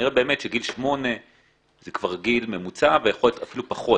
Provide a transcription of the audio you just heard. וכנראה באמת שגיל שמונה זה כבר גיל ממוצע ויכול להיות אפילו פחות.